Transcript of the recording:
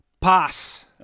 Pass